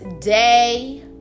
day